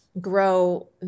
grow